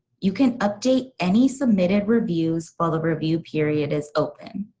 you can update any submitted reviews while the review period is open.